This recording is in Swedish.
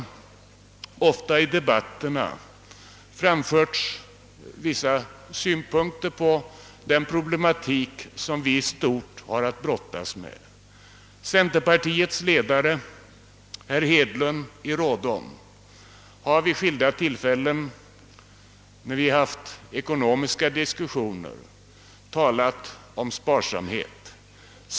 Det har i debatterna ofta framförts vissa synpunkter på den problematik som vi i stort har att brottas med. Centerpartiets ledare herr Hedlund i Rådom har vid skilda tillfällen när vi haft ekonomiska diskussioner talat om sparsamhet.